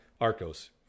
Arcos